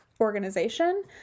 organization